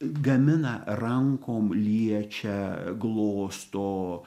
gamina rankom liečia glosto